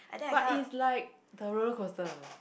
but it's like the roller coaster